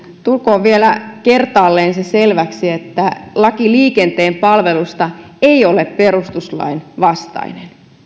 tulkoon vielä kertaalleen se selväksi että laki liikenteen palveluista ei ole perustuslain vastainen